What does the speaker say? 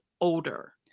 older